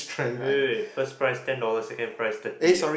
wait wait wait first prize ten dollars second price twenty ah